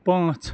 پانٛژھ